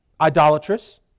idolatrous